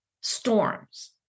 storms